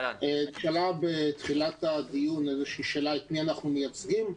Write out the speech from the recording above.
עלתה בתחילת הדיון שאלה את מי אנחנו מייצגים: